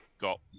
got